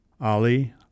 Ali